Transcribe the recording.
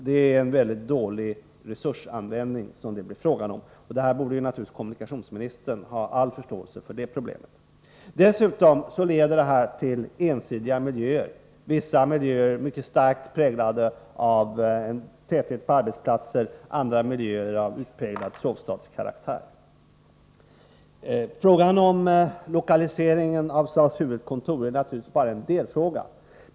Det blir fråga om mycket dålig resursanvändning. Kommunikationsministern borde naturligtvis ha all förståelse för det problemet. Dessutom leder den ojämna fördelningen av arbetsplatser till ensidiga miljöer. Vissa miljöer blir mycket starkt präglade av arbetsplatstätheten, medan andra miljöer får en markerad sovstadskaraktär. Frågan om lokaliseringen av SAS huvudkontor är naturligtvis bara en delfråga.